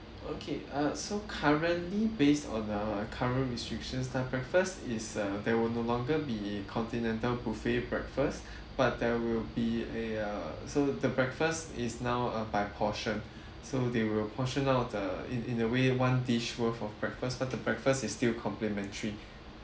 okay uh so currently based on uh current restrictions time breakfast is uh there will no longer be continental buffet breakfast but there will be a uh so the breakfast is now uh by portion so they will portion out the in in a way one dish worth of breakfast but the breakfast is still complimentary